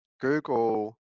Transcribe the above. Google